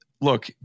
look